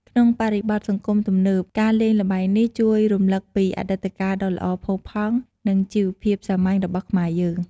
ក្នុងបរិបទសង្គមទំនើប ការលេងល្បែងនេះជួយរំលឹកពីអតីតកាលដ៏ល្អផូរផង់ និងជីវភាពសាមញ្ញរបស់ខ្មែរយើង។